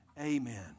Amen